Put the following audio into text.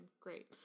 Great